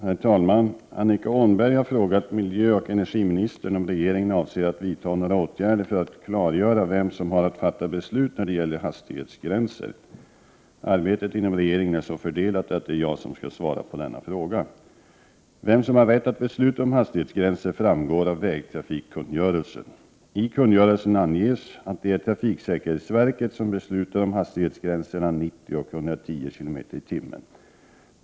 Herr talman! Annika Åhnberg har frågat miljöoch energiministern om regeringen avser att vidta några åtgärder för att klargöra vem som har att fatta beslut när det gäller hastighetsgränser. Arbetet inom regeringen är så fördelat att det är jag som skall svara på denna fråga. Vem som har rätt att besluta om hastighetsgränser framgår av vägtrafikkungörelsen. I kungörelsen anges att det är trafiksäkerhetsverket som beslutar om hastighetsgränserna 90 och 110 km/tim.